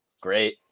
great